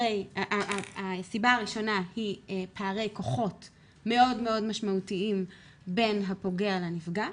הסיבה הראשונה היא פערי כוחות מאוד משמעותיים בין הפוגע לנפגע,